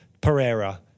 Pereira